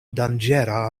danĝera